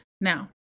Now